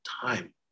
time